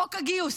חוק הגיוס,